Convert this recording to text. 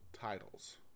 titles